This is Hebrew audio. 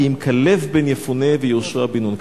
כי אם כלב בן יפֻנה ויהושע בן נון".